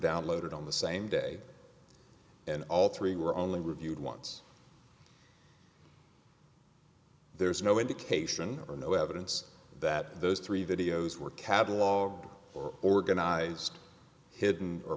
downloaded on the same day and all three were only reviewed once there is no indication or no evidence that those three videos were cataloged or organized hidden